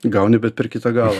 gauni bet per kitą galą